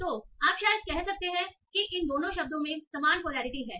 तो आप शायद कह सकते हैं कि इन दोनों शब्दों में समान पोलैरिटी है